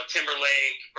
Timberlake